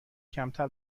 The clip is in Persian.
کمتر